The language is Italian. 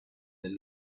del